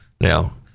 Now